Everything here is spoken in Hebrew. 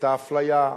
את האפליה,